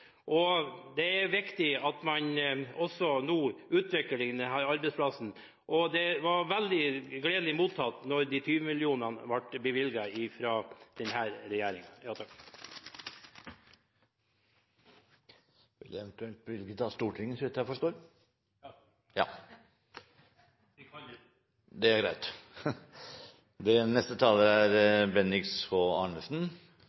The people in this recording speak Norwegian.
og det er viktig at man nå utvikler denne arbeidsplassen. Så det ble veldig gledelig mottatt da de 20 millionene ble bevilget av denne regjeringen. Beløpet ble bevilget av Stortinget, så vidt jeg forstår. Ja. Det er greit.